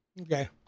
Okay